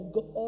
God